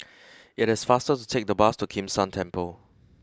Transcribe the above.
it is faster to take the bus to Kim San Temple